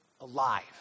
alive